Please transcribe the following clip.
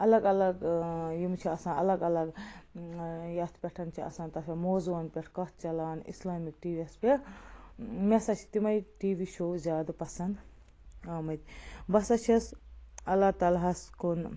الگ الگ یِم چھِ آسان الگ الگ یَتھ پٮ۪ٹھ چھِ آسان تَتھ پٮ۪ٹھ موضوٗعن پٮ۪ٹھ کَتھ چَلان اِسلامِک ٹی وی یَس پٮ۪ٹھ مےٚ ہَسا چھِ تِمَے ٹی وی شوز زیادٕ پسند آمٕتۍ بہٕ ہَسا چھَس اللہ تعلیٰ ہس کُن